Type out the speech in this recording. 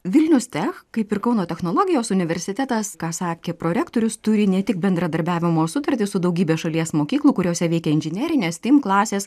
vilnius tech kaip ir kauno technologijos universitetas ką sakė prorektorius turi ne tik bendradarbiavimo sutartį su daugybe šalies mokyklų kuriose veikia inžinerinės klasės